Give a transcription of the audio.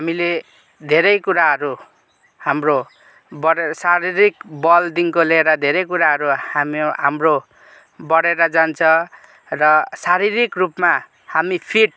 हामीले धेरै कुराहरू हाम्रो शारीरिक बलदेखिको लिएर धेरै कुराहरू हामो हाम्रो बढेर जान्छ र शारीरिक रूपमा हामी फिट